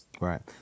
Right